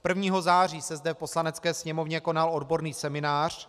Prvního září se zde v Poslanecké sněmovně konal odborný seminář.